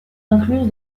incluse